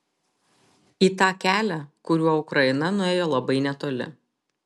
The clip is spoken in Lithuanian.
į tą kelią kuriuo ukraina nuėjo labai netoli